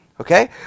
Okay